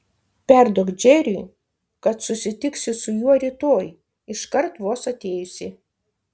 perduok džeriui kad susitiksiu su juo rytoj iškart vos atėjusi